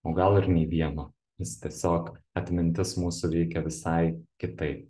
o gal ir nė vieno nes tiesiog atmintis mūsų veikia visai kitai